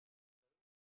sorry